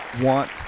want